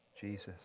Jesus